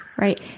Right